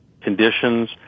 conditions